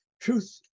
truth